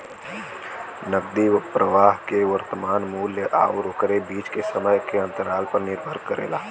नकदी प्रवाह के वर्तमान मूल्य आउर ओकरे बीच के समय के अंतराल पर निर्भर करेला